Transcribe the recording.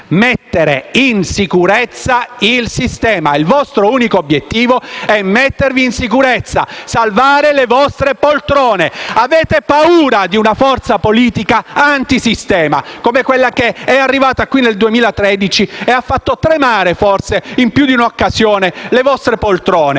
mettere in sicurezza il sistema. Il vostro unico obiettivo è mettervi in sicurezza, salvare le vostre poltrone. Avete paura di una forza politica antisistema come quella che è arrivata qui nel 2013 e ha fatto tremare, forse, in più di un'occasione, le vostre poltrone,